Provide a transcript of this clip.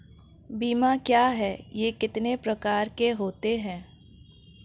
बीमा क्या है यह कितने प्रकार के होते हैं?